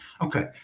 okay